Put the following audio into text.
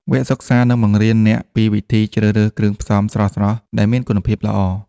វគ្គសិក្សានឹងបង្រៀនអ្នកពីវិធីជ្រើសរើសគ្រឿងផ្សំស្រស់ៗដែលមានគុណភាពល្អ។